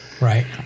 Right